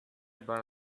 about